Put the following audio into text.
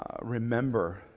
remember